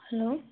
hello